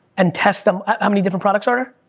and test them, how many different products are